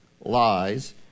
lies